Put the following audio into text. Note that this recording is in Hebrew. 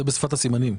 זה בשפת הסימנים.